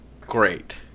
Great